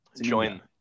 join